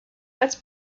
als